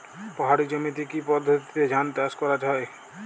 পাহাড়ী জমিতে কি পদ্ধতিতে ধান চাষ করা যায়?